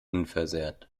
unversehrt